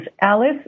Alice